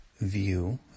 view